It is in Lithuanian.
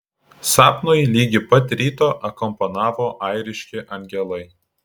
sapnui ligi pat ryto akompanavo airiški angelai